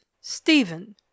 Stephen